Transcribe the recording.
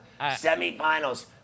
semifinals